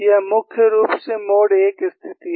यह मुख्य रूप से एक मोड 1 स्थिति है